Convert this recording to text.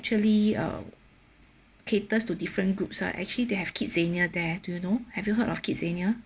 actually uh caters to different groups ah actually they have kidzania there do you know have you heard of kidzania